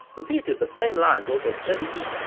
repeated the same lines over a steady beat,